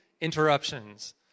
interruptions